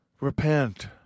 Repent